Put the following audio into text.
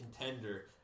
contender